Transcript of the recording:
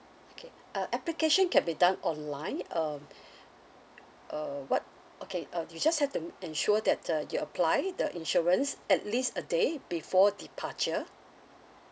okay uh application can be done online um uh what okay uh you just have to ensure that uh you apply the insurance at least a day before departure